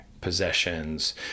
possessions